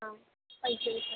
हां